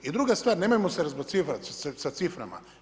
I druga stvar, nemojmo se razbacivati sa ciframa.